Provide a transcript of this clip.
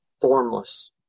Formless